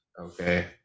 Okay